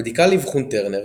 הבדיקה לאבחון טרנר